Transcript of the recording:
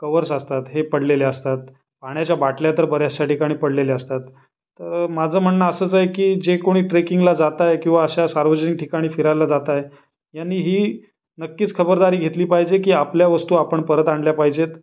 covers असतात हे पडलेले असतात पाण्याच्या बाटल्या तर बऱ्याचशा ठिकाणी पडलेल्या असतात माझं म्हणणं असंच आहे की जे कोणी ट्रेकिंगला जात आहे किंवा अशा सार्वजनिक ठिकाणी फिरायला जात आहे यांनी ही नक्कीच खबरदारी घेतली पाहिजे की आपल्या वस्तू आपण परत आणल्या पाहिजेत